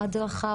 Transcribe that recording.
הדרכה,